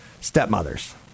stepmothers